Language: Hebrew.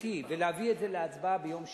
הממשלתי ולא נביא את זה להצבעה ביום שני,